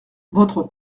votre